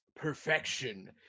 Perfection